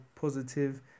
positive